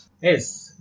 Yes